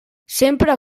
sempre